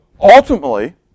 ultimately